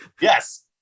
yes